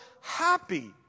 happy